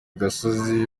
gasozi